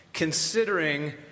considering